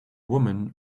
woman